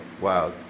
wow